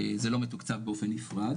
זה לא מתוקצב באופן נפרד